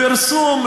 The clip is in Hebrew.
פרסום,